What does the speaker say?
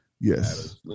Yes